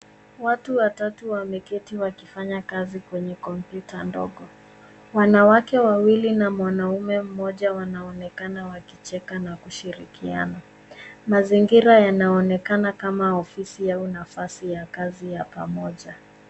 Watu watatu wameketi wakifanya kazi kwenye kompyuta ndogo. Wanawake wawili na mwanaume mmoja wanaonekana wakicheka na kushirikiana. Mazingira yanaonekana kama ofisi au nafasi ya kazi ya pamoja.